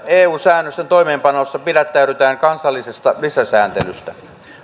eu säännösten toimeenpanossa pidättäydytään kansallisesta lisäsääntelystä